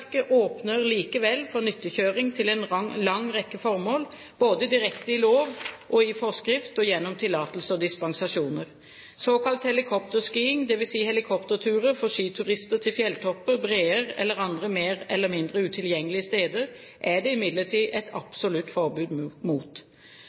åpner likevel for nyttekjøring til en lang rekke formål, både direkte i lov og forskrift og gjennom tillatelse og dispensasjoner. Såkalt helikopterskiing, dvs. helikopterturer for skiturister til fjelltopper, breer eller andre mer eller mindre utilgjengelige steder, er det imidlertid et